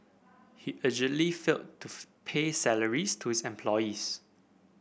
he allegedly failed to pay salaries to his employees